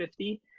50